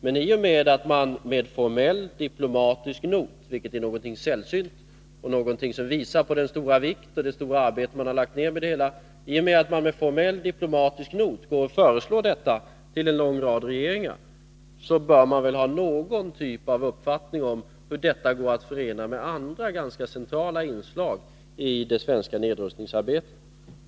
Men i och med att man med formell diplomatisk not — vilket är något sällsynt och visar på frågans stora vikt av och det stora arbete som lagts ned på det hela — lägger fram detta förslag till en lång rad regeringar, bör man ha någon typ av uppfattning om hur detta går att förena med andra ganska centrala inslag i det svenska nedrustningsarbetet.